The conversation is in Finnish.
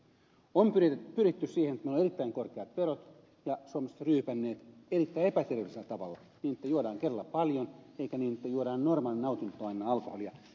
on pyritty siihen että meillä on erittäin korkeat verot ja suomalaiset ovat ryypänneet erittäin epäterveellisellä tavalla niin että juodaan kerralla paljon eikä niin että juodaan normaalina nautintoaineena alkoholia